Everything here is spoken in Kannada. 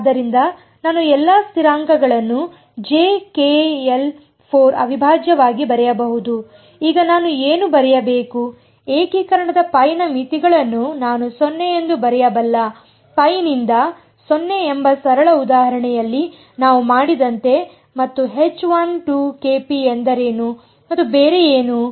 ಆದ್ದರಿಂದ ನಾನು ಎಲ್ಲಾ ಸ್ಥಿರಾಂಕಗಳನ್ನು ಅವಿಭಾಜ್ಯವಾಗಿ ಬರೆಯಬಹುದು ಈಗ ನಾನು ಏನು ಬರೆಯಬೇಕು ಏಕೀಕರಣದ 𝜋 ನ ಮಿತಿಗಳನ್ನು ನಾನು 0 ಎಂದು ಬರೆಯಬಲ್ಲ 𝜋 ನಿಂದ 0 ಎಂಬ ಸರಳ ಉದಾಹರಣೆಯಲ್ಲಿ ನಾವು ಮಾಡಿದಂತೆ ಮತ್ತು ಎಂದರೇನು ಮತ್ತು ಬೇರೆ ಏನು